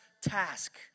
task